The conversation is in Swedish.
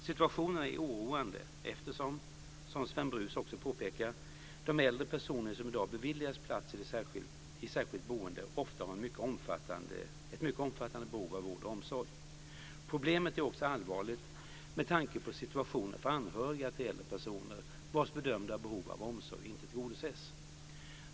Situationen är oroande eftersom, som Sven Brus också påpekar, de äldre personer som i dag beviljas plats i särskilt boende ofta har mycket omfattande behov av vård och omsorg. Problemet är också allvarligt med tanke på situationen för anhöriga till äldre personer vars bedömda behov av omsorg inte tillgodoses.